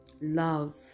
love